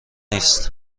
نیست